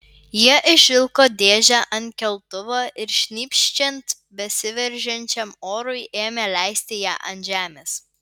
jie išvilko dėžę ant keltuvo ir šnypščiant besiveržiančiam orui ėmė leisti ją ant žemės